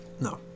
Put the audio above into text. No